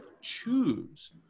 choose